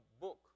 book